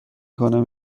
کنم